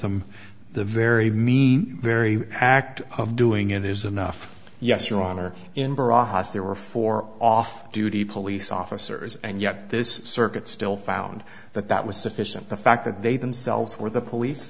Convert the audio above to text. them the very mean very act of doing it is enough yes your honor in bras there were four off duty police officers and yet this circuit still found that that was sufficient the fact that they themselves or the police